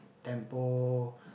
tempo